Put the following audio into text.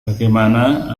bagaimana